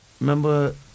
remember